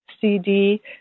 CD